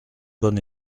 bon